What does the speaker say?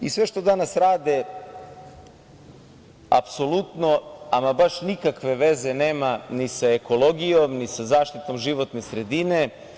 I sve što danas rade, apsolutno, ama baš nikakve veze nema ni sa ekologijom, ni sa zaštitom životne sredine.